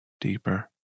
deeper